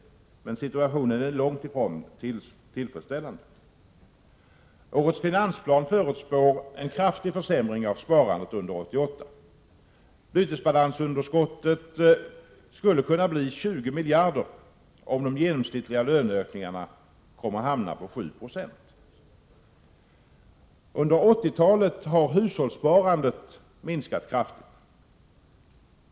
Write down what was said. Men situationen är långt ifrån tillfredsställande. Årets finansplan förutspår en kraftig försämring av sparandet under 1988. Bytesbalansunderskottet skulle kunna bli 20 miljarder, om de genomsnittliga löneökningarna hamnar på 7 20. Under 1980-talet har hushållssparandet minskat kraftigt.